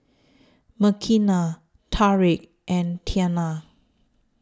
Makenna Tariq and Tianna